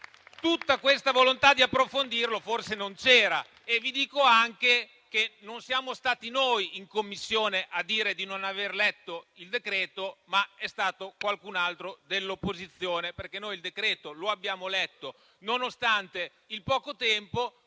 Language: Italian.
Tutta questa volontà di approfondirlo forse non c'era. E vi dico anche che non siamo stati noi in Commissione a dire di non aver letto il decreto, ma è stato qualcun altro dell'opposizione. Noi il decreto lo abbiamo letto, nonostante il poco tempo;